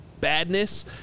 badness